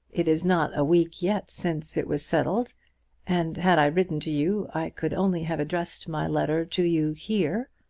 it is not a week yet since it was settled and had i written to you, i could only have addressed my letter to you here.